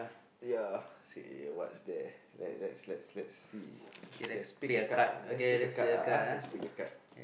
ya say what's there